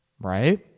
right